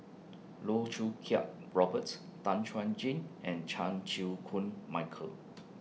Loh Choo Kiat Roberts Tan Chuan Jin and Chan Chew Koon Michael